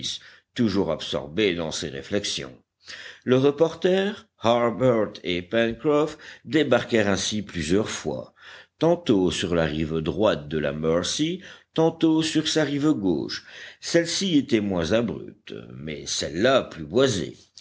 toujours absorbé dans ses réflexions le reporter harbert et pencroff débarquèrent ainsi plusieurs fois tantôt sur la rive droite de la mercy tantôt sur sa rive gauche celle-ci était moins abrupte mais celle-là plus boisée